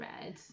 red